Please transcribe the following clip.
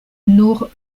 nur